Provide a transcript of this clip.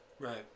Right